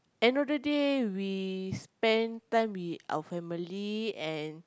end of the day we spent time with our family and